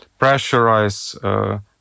pressurize